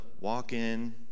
walk-in